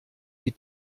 die